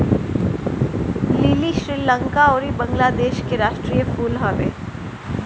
लीली श्रीलंका अउरी बंगलादेश के राष्ट्रीय फूल हवे